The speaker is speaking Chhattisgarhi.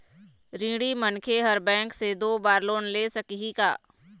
ऋणी मनखे हर बैंक से दो बार लोन ले सकही का?